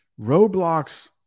roadblocks